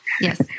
Yes